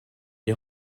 est